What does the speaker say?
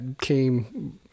came